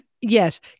Yes